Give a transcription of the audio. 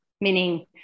meaning